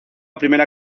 primera